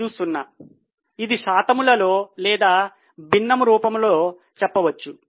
50 ఇది శాతము రూపములో లేదా భిన్నము రూపములో చెప్పవచ్చు